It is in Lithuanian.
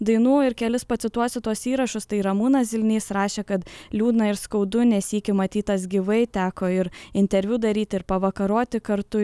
dainų ir kelis pacituosiu tuos įrašus tai ramūnas zilnys rašė kad liūdna ir skaudu ne sykį matytas gyvai teko ir interviu daryti ir pavakaroti kartu